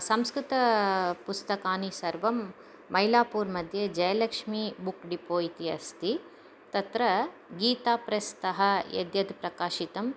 संस्कृतपुस्तकानि सर्वं मैलापुर्मध्ये जयलक्ष्मी बुक् डिपो इति अस्ति तत्र गीताप्रेस्तः यद्यत् प्रकाशितम्